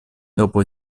dopo